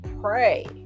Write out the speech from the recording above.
pray